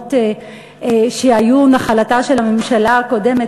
מהיוזמות שהיו נחלתה של הממשלה הקודמת,